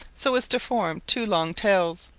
so as to form two long tails,